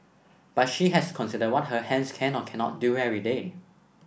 but she has consider what her hands can or cannot do every day